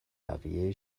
بقیه